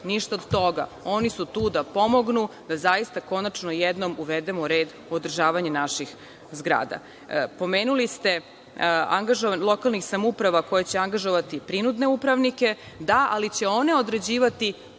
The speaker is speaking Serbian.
ništa od toga. Oni su tu da pomognu da zaista konačno i jednom uvedemo red u održavanje naših zgrada. Pomenuli ste lokalne samouprave koje će angažovati prinudne upravnike. Da, ali će one određivati